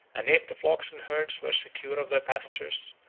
and if the flocks and herds were secure of their pastures,